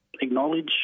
acknowledge